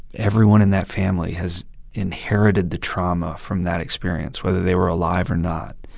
everyone in that family has inherited the trauma from that experience, whether they were alive or not.